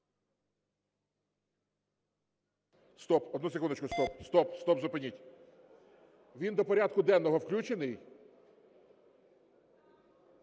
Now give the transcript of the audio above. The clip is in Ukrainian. Стоп! Одну секундочку, стоп! Зупиніть. Він до порядку денного включений?